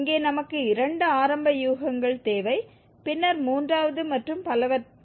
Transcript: இங்கே நமக்கு இரண்டு ஆரம்ப யூகங்கள் தேவை பின்னர் மூன்றாவது மற்றும் பலவற்றைக் கணக்கிடலாம்